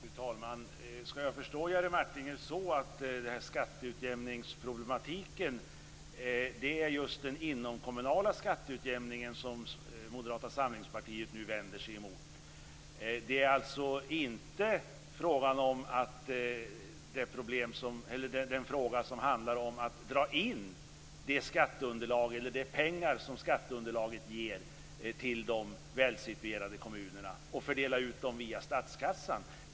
Fru talman! Skall jag förstå Jerry Martinger så att skatteutjämningsproblematiken är just den inomkommunala skatteutjämningen, som Moderata samlingspartiet nu vänder sig mot? Det är alltså inte den fråga som handlar om att dra in de pengar som skatteunderlaget ger till de välsituerade kommunerna och fördela ut dem via statskassan?